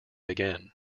again